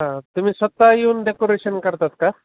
हां तुम्ही स्वतः येऊन डेकोरेशन करतात का